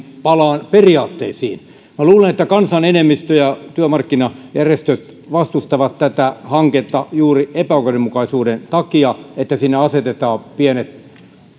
palaan periaatteisiin minä luulen että kansan enemmistö ja työmarkkinajärjestöt vastustavat tätä hanketta juuri epäoikeudenmukaisuuden takia että siinä asetetaan pienet